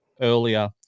earlier